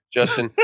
Justin